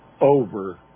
over